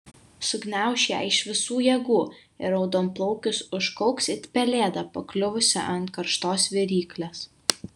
sugniauš ją iš visų jėgų ir raudonplaukis užkauks it pelėda pakliuvusi ant karštos viryklės